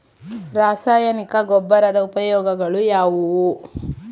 ರಾಸಾಯನಿಕ ಗೊಬ್ಬರದ ಉಪಯೋಗಗಳು ಯಾವುವು?